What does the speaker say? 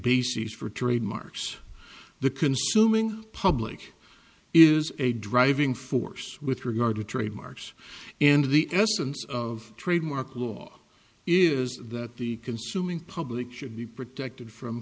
bases for trademarks the consuming public is a driving force with regard to trademarks and the essence of trademark law is that the consuming public should be protected from